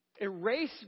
Erase